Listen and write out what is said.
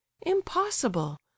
impossible